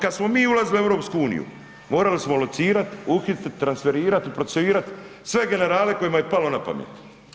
Kad smo mi ulazili u EU-u, morali smo locirat, uhititi, transferirati i procesuirat sve generale kojima je palo na pamet.